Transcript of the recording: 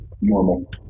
normal